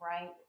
right